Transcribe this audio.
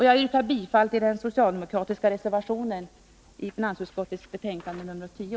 Jag yrkar bifall till den socialdemokratiska reservationen vid finansutskottets betänkande nr 10.